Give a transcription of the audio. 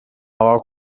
our